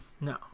No